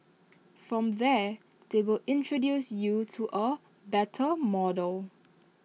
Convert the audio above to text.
from there they will introduce you to A better model